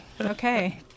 okay